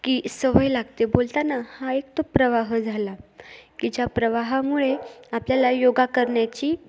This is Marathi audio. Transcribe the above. की सवय लागते बोलताना हा एक तो प्रवाह झाला की ज्या प्रवाहामुळे आपल्याला योगा करण्याची